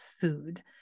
food